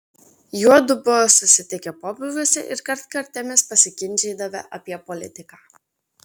juodu buvo susitikę pobūviuose ir kartkartėmis pasiginčydavę apie politiką